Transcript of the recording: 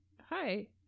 hi